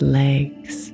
legs